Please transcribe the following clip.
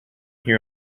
here